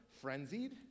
frenzied